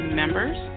members